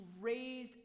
raise